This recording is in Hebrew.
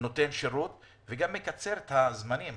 נותן שירות וגם מקצר את הזמנים.